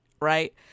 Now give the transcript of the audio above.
Right